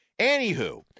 Anywho